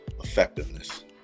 effectiveness